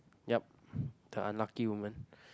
yup the unlucky women